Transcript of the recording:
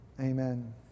Amen